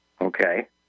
okay